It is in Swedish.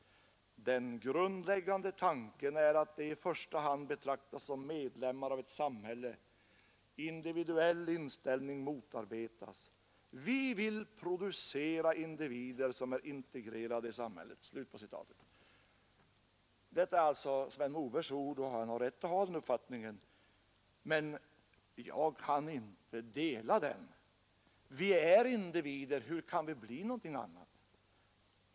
Den grundläggande tanken är att de i första hand betraktas som medlemmar av ett samhälle Individuell inställning motarbetas. Vi vill producera individer som är integrerade i samhället”.” Detta är alltså Sven Mobergs ord. Han har uppfattningen, men jag kan inte dela den. Vi är individer; hur kan vi bli något annat?